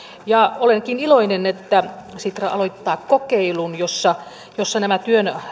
olenkin iloinen että sitra aloittaa kokeilun jossa jossa nämä